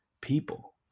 people